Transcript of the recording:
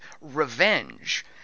Revenge